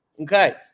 Okay